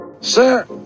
Sir